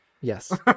Yes